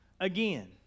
again